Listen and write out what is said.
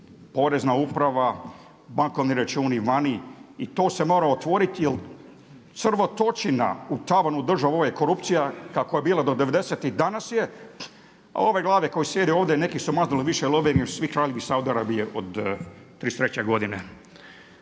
Porezna uprava, bankovni računi vani i to se mora otvoriti jer crvotočina u tavanu, u državi, ovo je korupcija kakva je bila do devedesetih i danas je. A ove glave koje sjede ovdje neki su maznuli više love nego su svi kraljevi Saudijske Arabije od 33. godine.